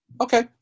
Okay